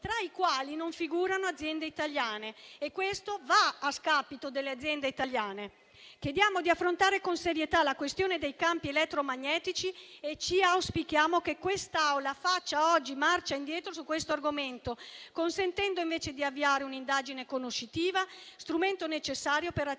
tra i quali non figurano aziende italiane. E questo va a scapito delle aziende italiane. Chiediamo di affrontare con serietà la questione dei campi elettromagnetici e auspichiamo che questa Aula faccia oggi marcia indietro sull'argomento, consentendo invece di avviare un'indagine conoscitiva, strumento necessario per accertare